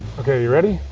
okay, you ready?